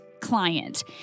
client